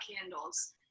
candles